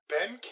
Ben